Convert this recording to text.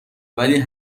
ولی